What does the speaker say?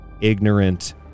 ignorant